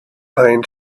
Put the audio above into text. pine